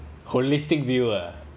holistic view ah